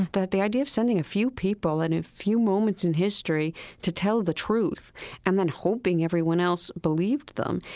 that the idea of sending a few people and in a few moments in history to tell the truth and then hoping everyone else believed them,